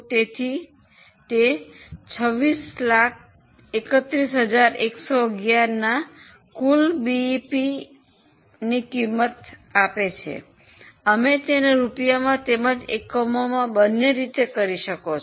તેથી તે 2631111 જેટલા કુલ બીઈપીની આપે છે તમે તેને રૂપિયામાં તેમજ એકમોમાં બંને રીતે કરી શકો છો